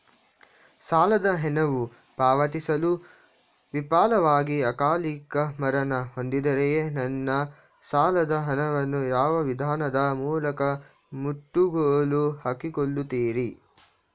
ಸಾಲದ ಹಣವು ಪಾವತಿಸಲು ವಿಫಲವಾಗಿ ಅಕಾಲಿಕ ಮರಣ ಹೊಂದಿದ್ದರೆ ನನ್ನ ಸಾಲದ ಹಣವನ್ನು ಯಾವ ವಿಧಾನದ ಮೂಲಕ ಮುಟ್ಟುಗೋಲು ಹಾಕಿಕೊಳ್ಳುತೀರಿ?